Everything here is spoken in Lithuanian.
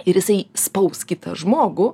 ir jisai spaus kitą žmogų